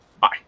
bye